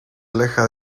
aleja